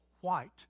White